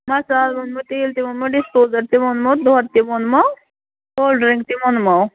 مصال ووٚنمو تیٖل تہِ ووٚنمو ڈِسپوزَل تہِ ووٚنمو دۄد تہِ ووٚنمو کولڈ ڈٕرٛنٛک تہِ ووٚنمو